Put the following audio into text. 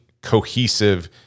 cohesive